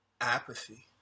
apathy